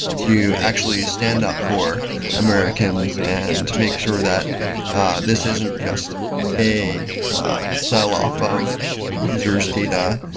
to actually stand up for americans and make sure that this isn't just a selloff of users' data.